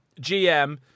GM